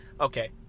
Okay